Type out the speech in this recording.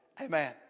Amen